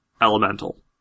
elemental